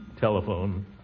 Telephone